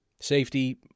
Safety